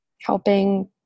helping